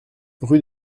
rue